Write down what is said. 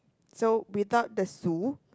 so without the su